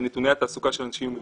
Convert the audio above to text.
בנתוני התעסוקה של אנשים עם מוגבלות.